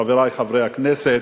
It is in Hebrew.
חברי חברי הכנסת,